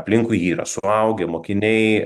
aplinkui jį yra suaugę mokiniai